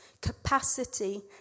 capacity